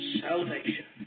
salvation